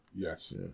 Yes